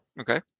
okay